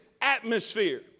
atmosphere